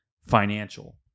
financial